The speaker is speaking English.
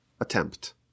attempt